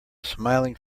smiling